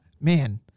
man